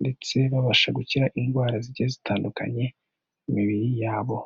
ndetse babasha gukira indwara zigiye zitandukanye, mu mibiri yabo.